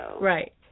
right